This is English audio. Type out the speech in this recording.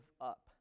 up